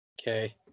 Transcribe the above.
Okay